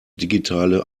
digitale